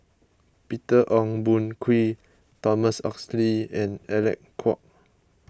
Peter Ong Boon Kwee Thomas Oxley and Alec Kuok